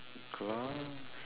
glass